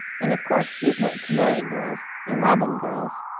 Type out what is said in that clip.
and of course you've met canary girls and robin girls.